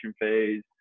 phase